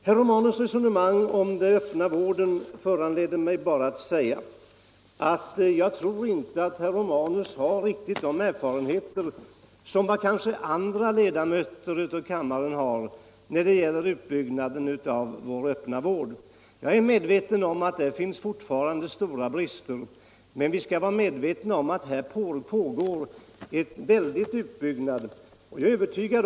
Herr Romanus resonemang om den öppna vården föranleder mig bara att säga att jag tror inte att herr Romanus har riktigt samma erfarenheter som kanske andra ledamöter i kammaren har när det gäller utbyggnaden av den öppna vården. Jag är medveten om att där fortfarande finns stora brister men det pågår en kraftig utbyggnad.